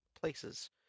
places